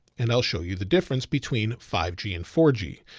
and i'll show you the difference between five g and four g.